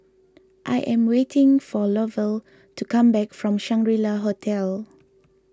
I am waiting for Lovell to come back from Shangri La Hotel